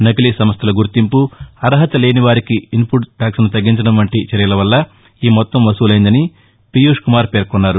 సకిలీ సంస్వల గుర్తింపు అర్హతలేని వారికి ఇన్ఫుట్ టాక్సును తగ్గించదం వంటీ చర్యలవల్ల ఈ మొత్తం వసూలయిందని పీయూష్ కుమార్ పేర్కొన్నారు